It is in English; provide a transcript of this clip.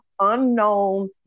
unknown